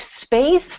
space